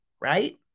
right